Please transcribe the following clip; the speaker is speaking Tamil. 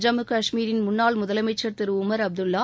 ஜம்மு கஷ்மீர் முன்னாள் முதலமைச்சர் திரு உமர் அப்துல்வா